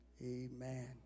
Amen